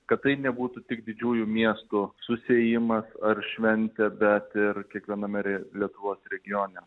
kad tai nebūtų tik didžiųjų miestų susiėjimas ar šventė bet ir kiekviename re lietuvos regione